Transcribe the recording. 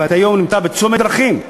ואתה היום נמצא בצומת דרכים,